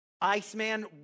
Iceman